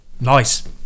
nice